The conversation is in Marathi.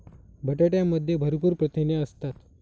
बटाट्यामध्ये भरपूर प्रथिने असतात